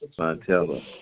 Montella